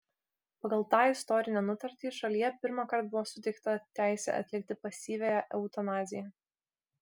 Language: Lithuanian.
pagal tą istorinę nutartį šalyje pirmąkart buvo suteikta teisė atlikti pasyviąją eutanaziją